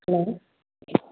hello